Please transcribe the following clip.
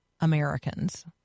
Americans